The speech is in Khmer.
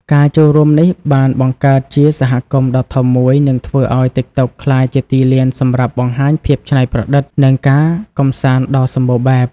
ការចូលរួមនេះបានបង្កើតជាសហគមន៍ដ៏ធំមួយ និងធ្វើឱ្យ ទីកតុក ក្លាយជាទីលានសម្រាប់បង្ហាញភាពច្នៃប្រឌិត និងការកម្សាន្តដ៏សម្បូរបែប។